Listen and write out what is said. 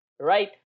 Right